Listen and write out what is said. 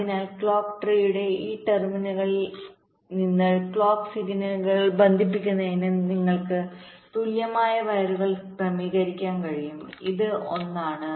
അതിനാൽ ക്ലോക്ക് ട്രീയുടെ ഈ ടെർമിനലുകളിൽ നിന്ന് ക്ലോക്ക് സിഗ്നലുകൾ ബന്ധിപ്പിക്കുന്നതിന് നിങ്ങൾക്ക് തുല്യമായ വയറുകൾ ക്രമീകരിക്കാൻ കഴിയും ഇത് ഒന്നാണ്